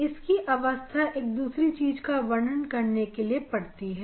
इसकी आवश्यकता एक दूसरी चीज का वर्णन करने के लिए पड़ती है